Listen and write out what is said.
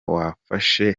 wafashe